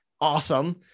awesome